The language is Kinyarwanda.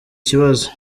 kibazo